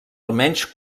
almenys